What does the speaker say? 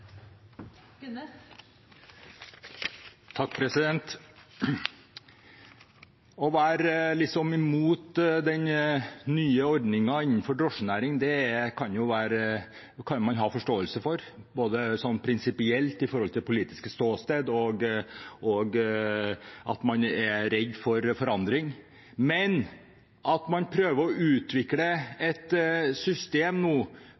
imot den nye ordningen innenfor drosjenæringen, kan man ha forståelse for, både prinsipielt med tanke på politisk ståsted og for at man er redd for forandring. Men at man nå prøver å utvikle et system